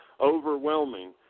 overwhelming